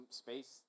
space